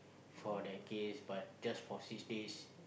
for the gays but just for six days